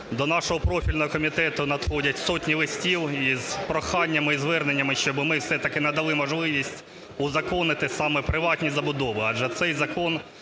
До нашого профільного комітету надходять сотні листів із проханнями і зверненнями, щоби ми все-таки надали можливість узаконити саме приватні забудови.